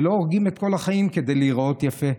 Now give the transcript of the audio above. ולא הורגים את כל החיים כדי להיראות יפה.